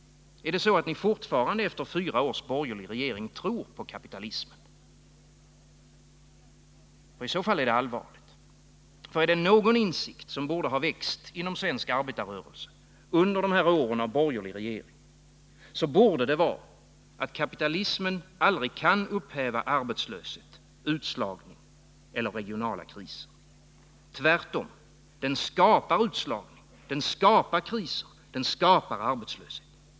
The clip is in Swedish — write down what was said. Är det så att ni fortfarande, efter fyra års borgerlig regering, tror på kapitalismen? I så fall är det allvarligt. För är det någon insikt som borde ha växt inom svensk arbetarrörelse under de här åren av borgerlig regering, så borde det vara att kapitalismen aldrig kan upphäva arbetslöshet, utslagning eller regionala kriser. Tvärtom! Den skapar utslagning, den skapar kris och den skapar arbetslöshet.